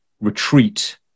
retreat